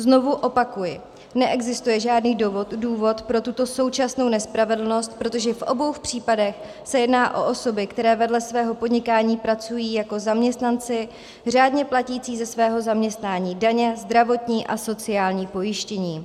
Znovu opakuji, neexistuje žádný důvod pro tuto současnou nespravedlnost, protože v obou případech se jedná o osoby, které vedle svého podnikání pracují jako zaměstnanci řádně platící ze svého zaměstnání daně, zdravotní a sociální pojištění.